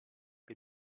che